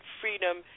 freedom